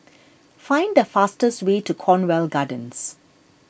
find the fastest way to Cornwall Gardens